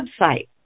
website